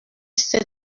sept